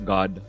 God